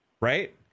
right